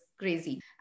crazy